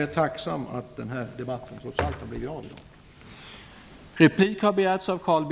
Jag är tacksam att den här debatten trots allt har hållits i dag.